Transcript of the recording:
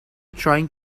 trying